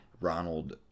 Ronald